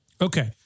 Okay